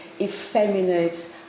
effeminate